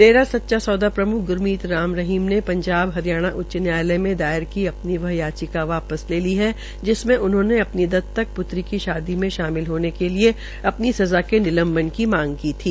डेरा सच्चा सौदा प्रमुख ग्रमीत राम रहीम ने पंजाब हरियायणा उच्च न्यायालय में दायर की अपनी वह याचिका वापस लेती है जिसमें उन्होंने अपनी दत्तक पृत्री की शादी में शामिल होने के लिये अपनी सज़ा के निलंबन की मांग की थी